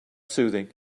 soothing